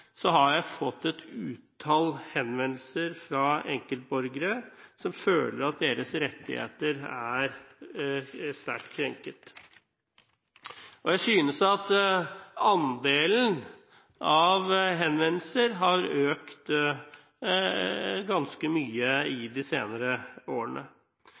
har jeg fått et utall henvendelser fra enkeltborgere som føler at deres rettigheter er sterkt krenket. Jeg synes at andelen av henvendelser har økt ganske mye i de senere årene.